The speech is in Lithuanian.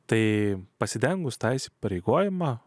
tai pasidengus tą įsipareigojimą